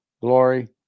glory